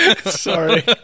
Sorry